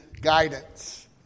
guidance